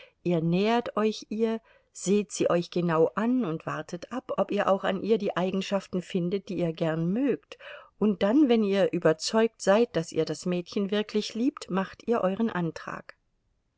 ihr nähert euch ihr seht sie euch genau an und wartet ab ob ihr auch an ihr die eigenschaften findet die ihr gern mögt und dann wenn ihr überzeugt seid daß ihr das mädchen wirklich liebt macht ihr euren antrag